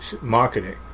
marketing